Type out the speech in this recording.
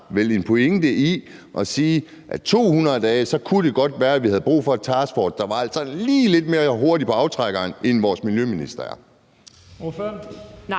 til de 200 dage, at det godt kunne være, at vi havde brug for en taskforce, der var sådan lige lidt hurtigere på aftrækkeren, end vores miljøminister er?